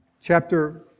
Chapter